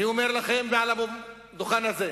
אני אומר לכם על הדוכן הזה,